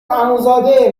عموزاده